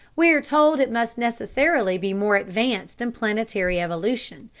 we are told it must necessarily be more advanced in planetary evolution,